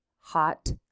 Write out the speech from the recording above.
Hot